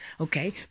Okay